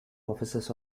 officers